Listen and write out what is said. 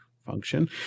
function